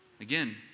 Again